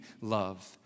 love